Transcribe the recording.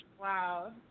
Wow